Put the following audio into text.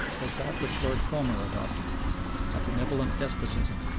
was that which lord cromer adopted a benevolent despotism.